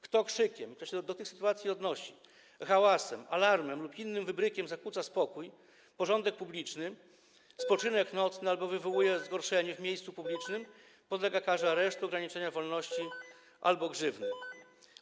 Kto krzykiem - to do tych sytuacji się odnosi - hałasem, alarmem lub innym wybrykiem zakłóca spokój, porządek publiczny, spoczynek nocny albo wywołuje zgorszenie w miejscu publicznym, podlega karze aresztu, ograniczenia wolności albo grzywny.